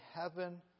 heaven